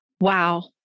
wow